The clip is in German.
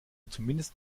zumindest